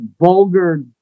vulgar